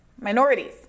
minorities